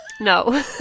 No